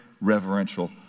reverential